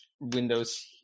Windows